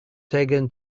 taken